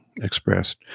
expressed